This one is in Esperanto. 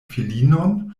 filinon